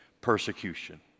Persecution